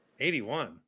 81